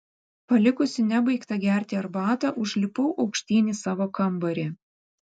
palikusi nebaigtą gerti arbatą užlipau aukštyn į savo kambarį